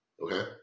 okay